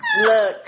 look